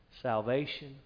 salvation